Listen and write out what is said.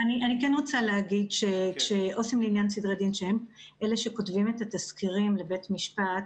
אני רוצה להגיד שעו"סים לעניין סדרי דין כותבים את התזכירים לבית המשפט.